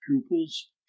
pupils